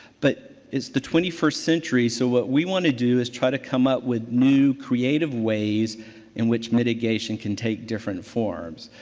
but, it's the twenty first century. so, what we want to do is try to come up with new creative ways in which mitigation can take different forms.